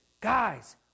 guys